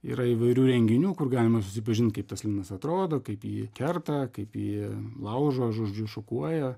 yra įvairių renginių kur galima susipažint kaip tas linas atrodo kaip jį kerta kaip jį laužo žodžiu šukuoja